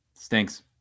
Stinks